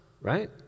right